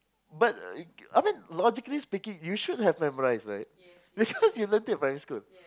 but I mean logically speaking you should have memorise right because you learnt it in primary school